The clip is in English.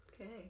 Okay